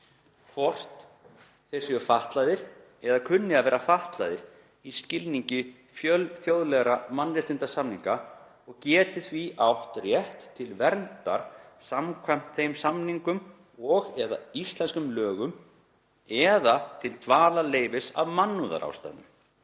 hvort þeir séu fatlaðir eða kunni að vera fatlaðir í skilningi fjölþjóðlegra mannréttindasamninga og geti því átt rétt til verndar samkvæmt þeim samningum og/eða íslenskum lögum eða til dvalarleyfis af mannúðarástæðum.